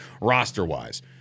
roster-wise